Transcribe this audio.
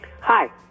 Hi